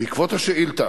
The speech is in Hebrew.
בעקבות השאילתא